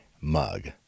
mug